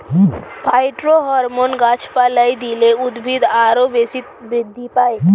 phytohormone গাছপালায় দিলে উদ্ভিদ আরও বেশি বৃদ্ধি পায়